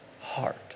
heart